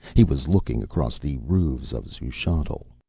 he was looking across the roofs of xuchotl.